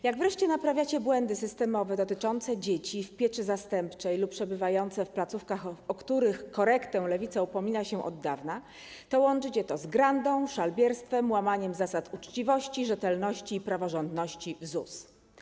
Jak wreszcie naprawiacie błędy systemowe dotyczące dzieci w pieczy zastępczej lub przebywających w placówkach, o których korektę Lewica upomina się od dawana, to łączycie to z grandą, szalbierstwem, łamaniem zasad uczciwości, rzetelności i praworządności w ZUS.